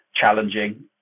challenging